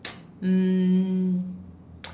um